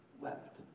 wept